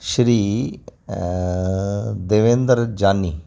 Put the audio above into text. श्री देवेंद्र जानी